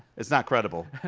it's not credible.